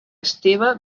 esteve